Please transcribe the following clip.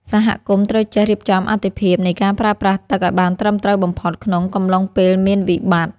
សហគមន៍ត្រូវចេះរៀបចំអាទិភាពនៃការប្រើប្រាស់ទឹកឱ្យបានត្រឹមត្រូវបំផុតក្នុងកំឡុងពេលមានវិបត្តិ។